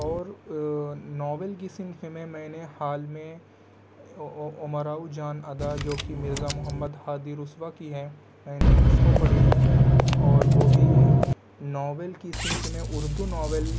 اور ناول کی صنف میں میں نے حال میں امراؤ جان ادا جو کہ مرزا محمد ہادی رسوا کی ہے میں نے اس کو پڑھی ہے اور وہ بھی ناول کی صنف میں اردو ناول